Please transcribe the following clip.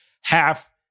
half